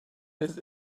his